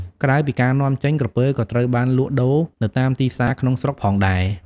ក្រៅពីការនាំចេញ ក្រពើក៏ត្រូវបានលក់ដូរនៅតាមទីផ្សារក្នុងស្រុកផងដែរ។